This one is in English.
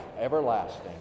everlasting